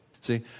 See